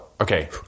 okay